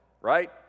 right